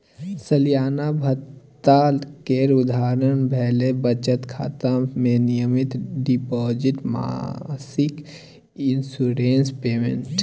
सलियाना भत्ता केर उदाहरण भेलै बचत खाता मे नियमित डिपोजिट, मासिक इंश्योरेंस पेमेंट